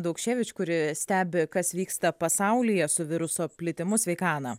daukševič kuri stebi kas vyksta pasaulyje su viruso plitimu sveika ana